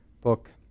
book